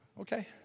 Okay